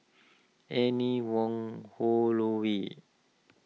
Anne Wong Holloway